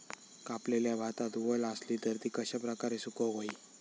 कापलेल्या भातात वल आसली तर ती कश्या प्रकारे सुकौक होई?